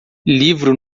livro